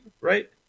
right